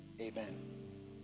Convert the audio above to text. amen